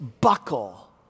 buckle